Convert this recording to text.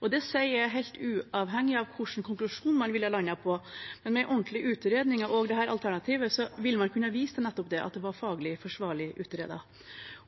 der. Det sier jeg helt uavhengig av hvilken konklusjon man ville ha landet på. Men med ordentlige utredninger og dette alternativet ville man kunne vist til nettopp det at det var faglig forsvarlig utredet.